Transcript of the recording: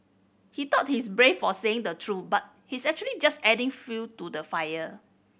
he thought he's brave for saying the truth but he's actually just adding fuel to the fire